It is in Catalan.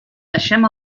deixem